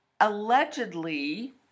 Allegedly